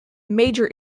major